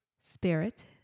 spirit